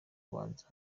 kubanza